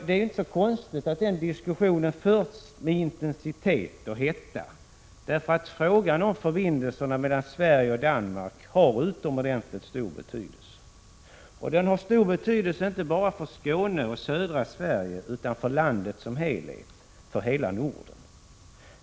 Det är inte konstigt att diskussionen förts med intensitet och hetta, för frågan om förbindelser mellan Sverige och Danmark har utomordentligt stor betydelse, inte bara för Skåne och södra Sverige, utan för landet som helhet, för hela Norden.